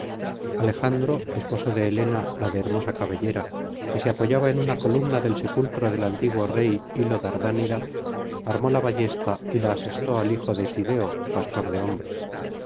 alejandro esposo de helena la de hermosa cabellera que se apoyaba en una columna del sepulcro del antiguo rey lio dardánida armó la ballesta y la asestó al hijo de tideo pastor de hombres